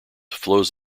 flows